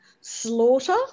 Slaughter